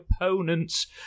opponents